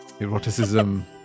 eroticism